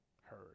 heard